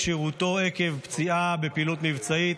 את שירותו עקב פציעה בפעילות מבצעית),